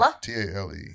t-a-l-e